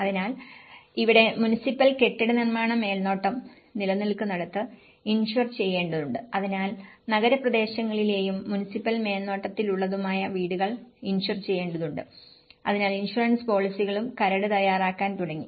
അതിനാൽ ഇവിടെ മുനിസിപ്പൽ കെട്ടിട നിർമ്മാണ മേൽനോട്ടം നിലനിൽക്കുന്നിടത്ത് ഇൻഷ്വർ ചെയ്യേണ്ടതുണ്ട് അതിനാൽ നഗരപ്രദേശങ്ങളിലെയും മുനിസിപ്പൽ മേൽനോട്ടത്തിലുള്ളതുമായ വീടുകൾ ഇൻഷ്വർ ചെയ്യേണ്ടതുണ്ട് അതിനാൽ ഇൻഷുറൻസ് പോളിസികളും കരട് തയ്യാറാക്കാൻ തുടങ്ങി